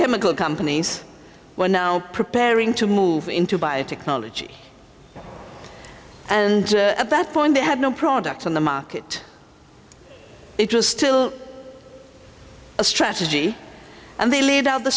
chemical companies were now preparing to move into biotechnology and at that point they had no product on the market it was still a strategy and they laid out the